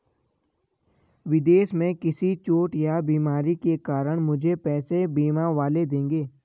विदेश में किसी चोट या बीमारी के कारण मुझे पैसे बीमा वाले देंगे